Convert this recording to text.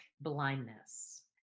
blindness